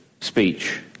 speech